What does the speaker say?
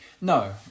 No